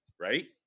Right